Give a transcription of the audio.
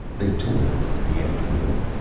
they toiled into the afternoon.